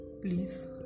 please